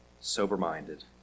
sober-minded